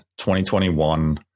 2021